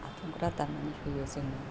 आदुंग्रा दाननानै होयो जों